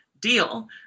deal